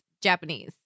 Japanese